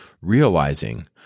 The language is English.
realizing